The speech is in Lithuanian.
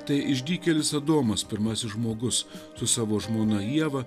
tai išdykėlis adomas pirmasis žmogus su savo žmona ieva